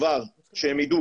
שהם יידעו,